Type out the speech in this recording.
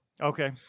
okay